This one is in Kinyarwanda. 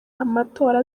amatora